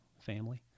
family